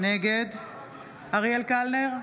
נגד אריאל קלנר,